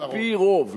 על-פי רוב,